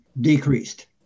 decreased